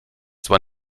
zwar